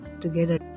together